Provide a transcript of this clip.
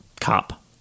cop